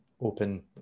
open